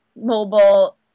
mobile